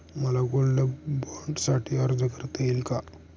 मला गोल्ड बाँडसाठी अर्ज करता येईल का?